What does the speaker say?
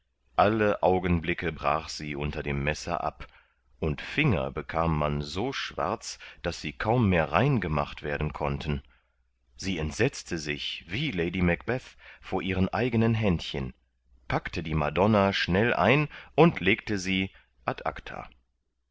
alle augenblicke brach sie unter dem messer ab und finger bekam man so schwarz daß sie kaum mehr rein gemacht werden konnten sie entsetzte sich wie lady macbeth vor ihren eigenen händchen packte die madonna schnell ein und legte sie ad acta